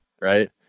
right